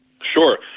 Sure